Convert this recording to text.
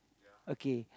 okay